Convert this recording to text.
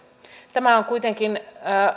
tämä on kuitenkin